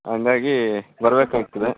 ಹಾಗಾಗಿ ಬರಬೇಕಾಗ್ತದೆ